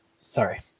sorry